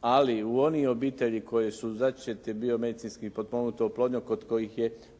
ali u onih obitelji koji su začeti biomedicinski potpomognutom oplodnjom kod kojih je